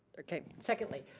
okay. secondly,